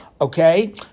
Okay